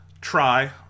try